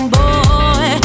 boy